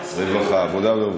רווחה, עבודה ורווחה.